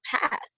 path